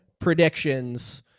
predictions